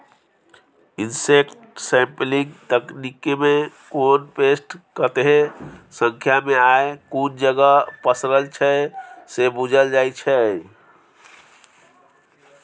insect sampling तकनीकमे कोन pest कतेक संख्यामे आ कुन जगह पसरल छै से बुझल जाइ छै